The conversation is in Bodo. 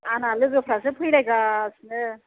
आंना लोगोफ्रासो फैलायगासिनो